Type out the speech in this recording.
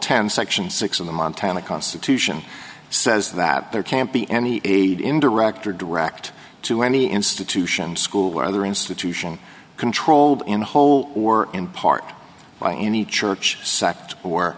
ten section six of the montana constitution says that there can't be any aid in director direct to any institution school or other institution controlled in whole or in part by any church sect or